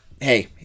hey